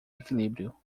equilíbrio